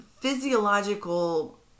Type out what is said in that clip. physiological